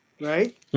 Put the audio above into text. Right